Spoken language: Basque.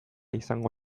izango